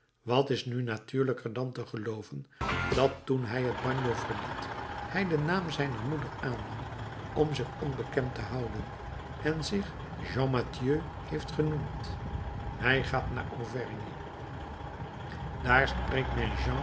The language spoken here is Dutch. wat is nu natuurlijker dan te gelooven dat toen hij het bagno verliet hij den naam zijner moeder aannam om zich onbekend te houden en zich jean mathieu heeft genoemd hij gaat naar auvergne daar spreekt